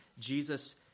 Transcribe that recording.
Jesus